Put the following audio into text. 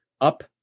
up